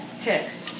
text